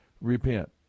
repent